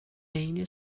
عین